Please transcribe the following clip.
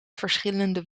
verschillende